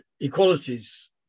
equalities